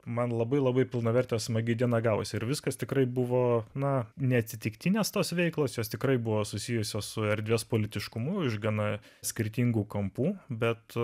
man labai labai pilnavertė smagi diena gavusi ir viskas tikrai buvo na neatsitiktinės tos veiklos jos tikrai buvo susijusios su erdvės politiškumu iš gana skirtingų kampų bet